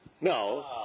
No